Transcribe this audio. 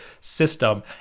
system